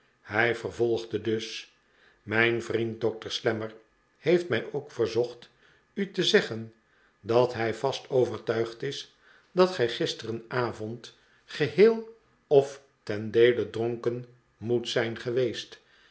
hij vervolgde dus mijn vriend dokter slammer heeft mij ook verzocht u te zeggen dat hij vast overtuigd is dat gij gisteravond geheel of ten deele dronken moet zijn geweest